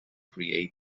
create